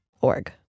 org